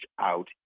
out